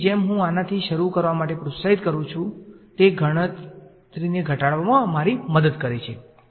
તેથી જેમ હું આનાથી શરૂ કરવા માટે પ્રોત્સાહિત કરું છું તે ગણતરીને ઘટાડવામાં અમારી મદદ કરે છે